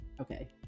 Okay